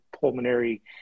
pulmonary